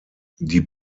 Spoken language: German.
die